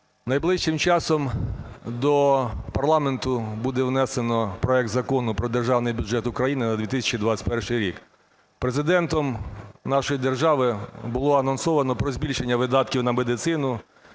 Найближчим часом до парламенту буде внесено проект Закону "Про Державний бюджет України на 2021 рік". Президентом нашої держави було анонсовано про збільшення видатків на медицину.